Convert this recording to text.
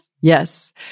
Yes